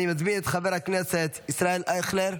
אני מזמין את חבר הכנסת ישראל אייכלר,